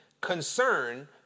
Concern